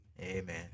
Amen